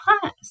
class